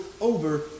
over